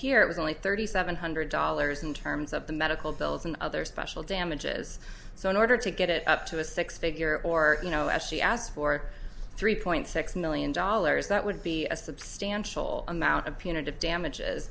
here it was only thirty seven hundred dollars in terms of the medical bills and other special damages so in order to get it up to a six figure or you know actually asked for three point six million dollars that would be a substantial amount of punitive damages